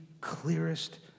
clearest